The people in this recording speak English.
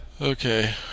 Okay